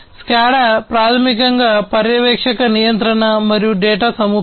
SCADA ప్రాథమికంగా పర్యవేక్షక నియంత్రణ మరియు డేటా సముపార్జన